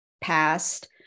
past